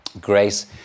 grace